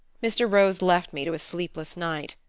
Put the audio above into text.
mr. rose left me to a sleepless night.